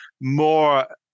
more